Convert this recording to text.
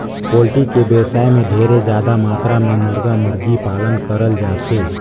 poultry के बेवसाय में ढेरे जादा मातरा में मुरगा, मुरगी पालन करल जाथे